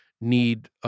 need